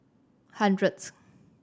hundredth